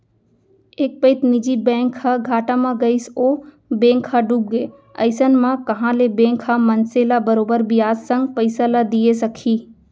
एक पइत निजी बैंक ह घाटा म गइस ओ बेंक ह डूबगे अइसन म कहॉं ले बेंक ह मनसे ल बरोबर बियाज संग पइसा ल दिये सकही